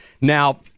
Now